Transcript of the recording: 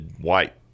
white